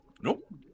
nope